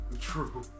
true